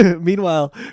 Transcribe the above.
Meanwhile